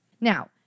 Now